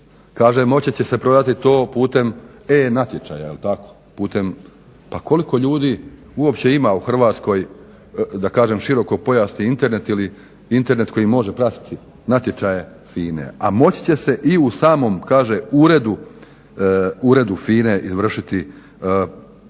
Kaže moći će se prodati to putem e-natječaja jel' tako? Pa koliko ljudi uopće ima u Hrvatskoj da kažem širokopojasni internet ili internet koji može pratiti natječaje FINA-e? A moći će se i u samom kaže uredu FINA-e izvršiti da kažem